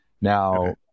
Now